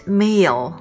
meal